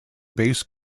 base